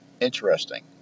Interesting